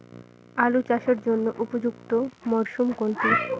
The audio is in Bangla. আলু চাষের জন্য উপযুক্ত মরশুম কোনটি?